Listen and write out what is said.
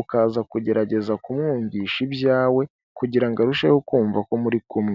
ukaza kugerageza kumwumvisha ibyawe, kugira ngo arusheho kumva ko muri kumwe.